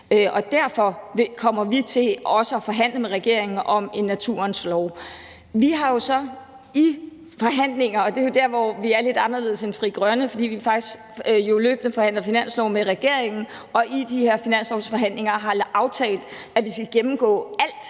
Og derfor kommer vi til også at forhandle med regeringen om en naturens lov. Vi har så i finanslovforhandlingerne aftalt – og det jo der, hvor vi er lidt anderledes end Frie Grønne, fordi vi faktisk løbende forhandler finanslov med regeringen – at vi skal gennemgå al